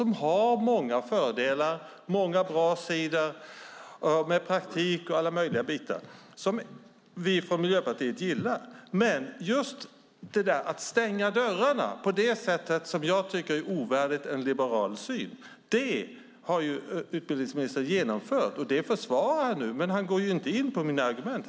Den har många fördelar och många bra sidor med praktik och alla möjliga bitar som vi från Miljöpartiet gillar. Men just detta att stänga dörrarna på ett sätt som jag tycker är ovärdigt en liberal syn har utbildningsministern genomfört. Det förvarar han nu. Men han går inte in på mina argument.